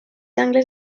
angles